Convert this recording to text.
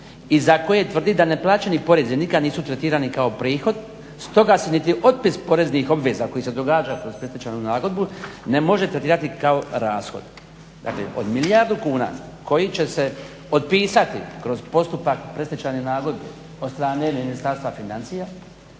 i za koje tvrdi da neplaćeni porezi nikad nisu tretirani kao prihod stoga se niti otpis poreznih obveza koji se događa kroz predstečajnu nagodbu ne može tretirati kao rashod. Dakle, od milijardu kuna koji će se otpisati kroz postupak predstečajne nagodbe od strane Ministarstva financija